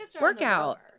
workout